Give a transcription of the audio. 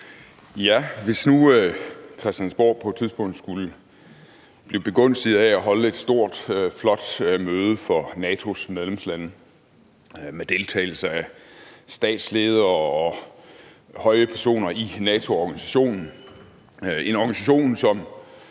Hvis nu Christiansborg på et tidspunkt skulle blive begunstiget af at holde et stort, flot møde for NATO's medlemslande med deltagelse af statsledere og høje personer i NATO-organisationen – en organisation, som